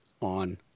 on